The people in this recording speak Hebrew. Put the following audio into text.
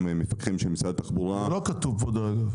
מפקחים של משרד התחבורה --- זה לא כתוב פה דרך אגב.